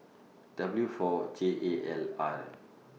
W four J A L R